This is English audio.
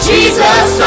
Jesus